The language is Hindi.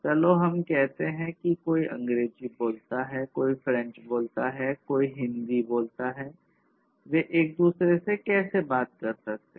चलो हम कहते हैं कि कोई अंग्रेजी बोलता है कोई फ्रेंच बोलता है कोई हिंदी बोलता है वे एक दूसरे से कैसे बात कर सकते हैं